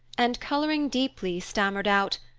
and, coloring deeply, stammered out,